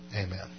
Amen